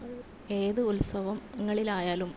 ഏത് ഉത്സവങ്ങളിലായാലും